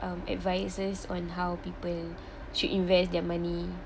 um advices on how people should invest their money